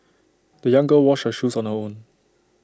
the young girl washed her shoes on her own